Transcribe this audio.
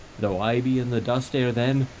though i be in the dust ere then,